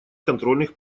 контрольных